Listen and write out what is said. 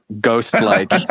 ghost-like